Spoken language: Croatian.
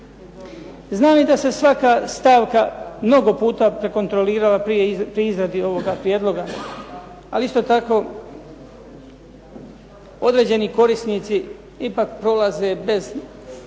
Znam i da se svaka stavaka mnogo puta prekontrolirala pri izradi ovoga prijedloga, ali isto tako određeni korisnici ipak prolaze bez